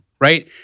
right